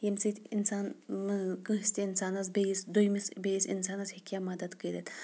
ییٚمہِ سۭتۍ اِنسان کٲنٛسہِ تہِ اِنسانَس بیٚیِس دۄیٚمِس بیٚیِس اِنسانَس ہیٚکہِ ہا مَدَد کٔرِتھ